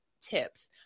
tips